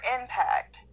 impact